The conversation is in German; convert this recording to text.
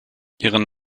ihren